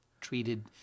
treated